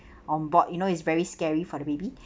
on board you know it's very scary for the baby